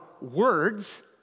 words